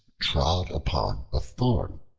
trod upon a thorn.